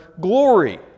glory